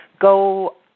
go –